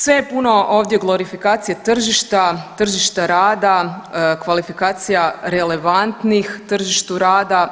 Sve je puno ovdje glorifikacije tržišta, tržišta rada, kvalifikacija relevantnih tržištu rada.